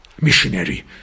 missionary